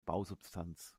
bausubstanz